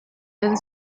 and